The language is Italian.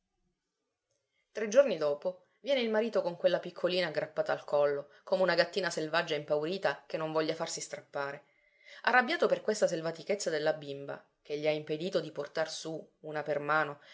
tre giorni dopo viene il marito con quella piccolina aggrappata al collo come una gattina selvaggia e impaurita che non voglia farsi strappare arrabbiato per questa selvatichezza della bimba che gli ha impedito di portar su una